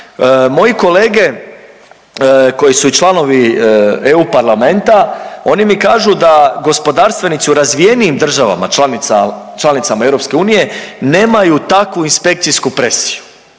Moji kolege koji su i članovi EU parlamenta, oni mi kažu da gospodarstvenici u razvijenijim državama članicama EU nemaju takvu inspekcijsku presiju